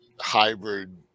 hybrid